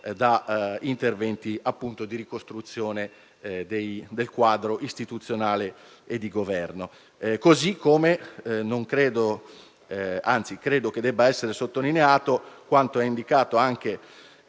da interventi di ricostruzione del quadro istituzionale e di governo. Così come credo debba essere sottolineato quanto indicato al